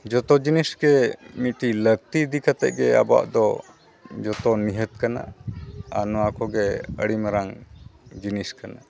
ᱡᱚᱛᱚ ᱡᱤᱱᱤᱥ ᱜᱮ ᱢᱤᱫᱴᱤᱡ ᱞᱟᱹᱠᱛᱤ ᱤᱫᱤ ᱠᱟᱛᱮᱫ ᱜᱮ ᱟᱵᱚᱣᱟᱜ ᱫᱚ ᱡᱚᱛᱚ ᱱᱤᱦᱟᱹᱛ ᱠᱟᱱᱟ ᱟᱨ ᱱᱚᱣᱟ ᱠᱚᱜᱮ ᱟᱹᱰᱤ ᱢᱟᱨᱟᱝ ᱡᱤᱱᱤᱥ ᱠᱟᱱᱟ